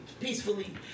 peacefully